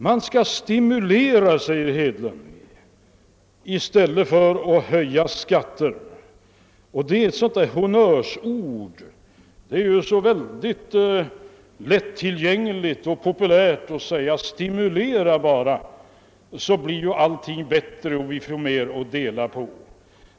Man skall stimulera, säger herr Hedlund, i stället för att höja skatter. Det är ett sådant där honnörsuttryck. Det är så lätt och populärt att säga: Stimulera bara, så blir allting bättre och vi får mer att dela på!